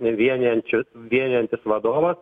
vienijančios vienijantis vadovą